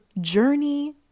journey